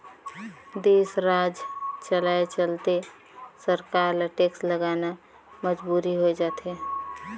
देस, राज चलाए चलते सरकार ल टेक्स लगाना मजबुरी होय जाथे